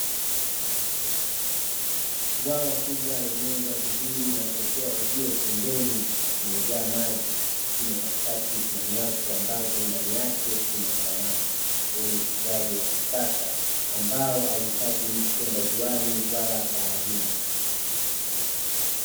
Bwawa kubwa lililojengwa vizuri na kuwekewa uzio pembeni, limejaa maji lakini katikati kuna nyavu ambazo ndani yake kuna samaki. Huu ni ufugaji wa kisasa, ambao hauhitaji mtu kwenda ziwani wala baharini.